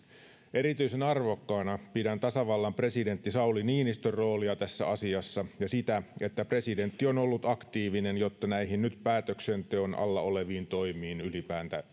erityisen arvokkaana pidän tasavallan presidentti sauli niinistön roolia tässä asiassa ja sitä että presidentti on ollut aktiivinen jotta näihin nyt päätöksenteon alla oleviin toimiin ylipäätään